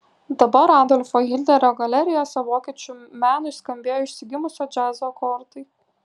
dabar adolfo hitlerio galerijose vokiečių menui skambėjo išsigimusio džiazo akordai